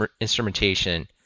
instrumentation